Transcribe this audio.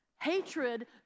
Hatred